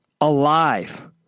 alive